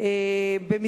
אדוני היושב-ראש,